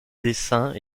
dessins